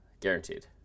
guaranteed